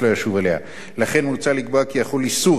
מוצע לקבוע כי יחול איסור על עובד שירות לצאת מהארץ,